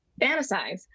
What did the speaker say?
fantasize